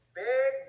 big